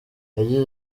yagize